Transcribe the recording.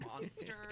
monster